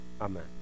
Amen